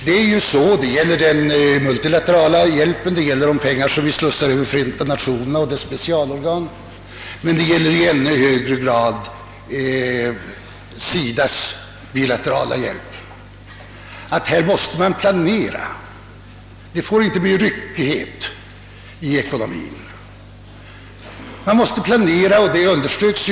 Det omdömet gäller i fråga om den multilaterala hjälpen, det gäller de pengar vi slussar över FN och dess specialorgan men det gäller i ännu större utsträckning SIDA:s bilaterala hjälp. Det får inte bli ryckighet i dess ekonomisering.